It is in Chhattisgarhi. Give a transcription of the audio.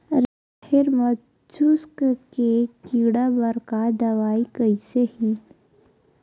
राहेर म चुस्क के कीड़ा बर का दवाई कइसे ही?